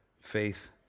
faith